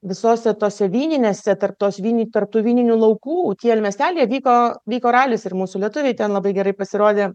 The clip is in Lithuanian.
visose tose vyninėse tarp tos vyni tarp tų vyninių laukų tier miestely vyko vyko ralis ir mūsų lietuviai ten labai gerai pasirodė